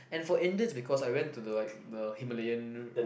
and for Indians because I went to the like the Himalayan